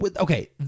okay